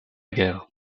guerre